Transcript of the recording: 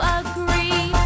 agree